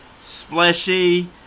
Splashy